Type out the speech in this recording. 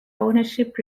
ownership